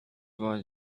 was